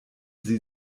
sie